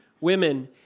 women